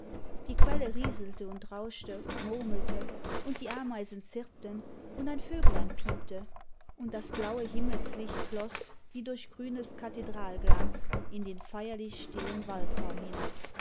die quelle rieselte und rauschte und murmelte und die ameisen zirpten und ein vöglein piepte und das blaue himmelslicbt floß wie durch grünes kathedralglas in den feierlich stillen waldraum hinab